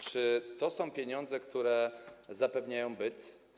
Czy to są pieniądze, które zapewniają byt?